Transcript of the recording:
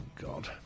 God